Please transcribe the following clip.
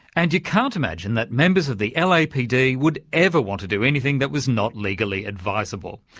and you can't imagine that members of the lapd would ever want to do anything that was not legally advisable.